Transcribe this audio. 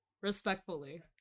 Respectfully